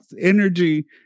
energy